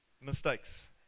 mistakes